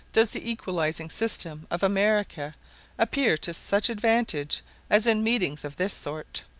does the equalizing system of america appear to such advantage as in meetings of this sort.